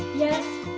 yes.